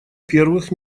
первых